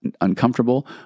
uncomfortable